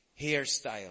hairstyle